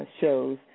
shows